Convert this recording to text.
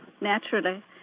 Naturally